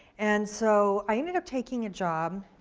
and so i ended up taking a job,